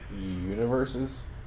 universes